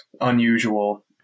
unusual